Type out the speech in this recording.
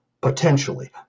potentially